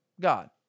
God